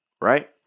right